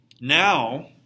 Now